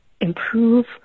improve